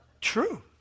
True